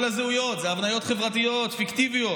כל הזהויות הן הבניות חברתיות פיקטיביות.